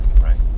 right